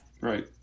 Right